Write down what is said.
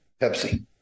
Pepsi